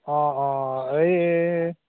অঁ অঁ এই